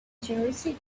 generosity